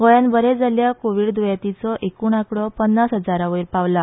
गोंयांत बरें जाल्ल्या कोव्हीड द्येंतींचो एकण आकडो पन्नास हजारांवयर पावला